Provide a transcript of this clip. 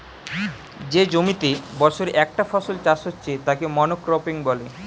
যে জমিতে বছরে একটা ফসল চাষ হচ্ছে তাকে মনোক্রপিং বলে